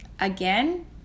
again